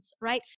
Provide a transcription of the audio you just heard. Right